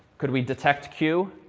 could we detect q?